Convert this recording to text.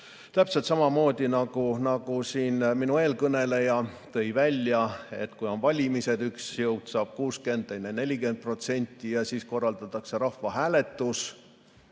Täpselt samamoodi, nagu siin eelkõneleja tõi välja, kui on valimised, üks jõud saab 60%, teine 40% ja siis korraldatakse rahvahääletus